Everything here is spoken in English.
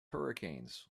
hurricanes